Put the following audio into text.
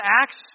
Acts